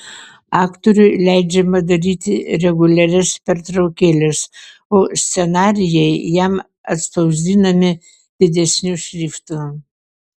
aktoriui leidžiama daryti reguliarias pertraukėles o scenarijai jam atspausdinami didesniu šriftu